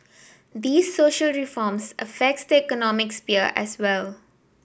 these social reforms affects the economic sphere as well